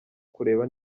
kureba